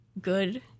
good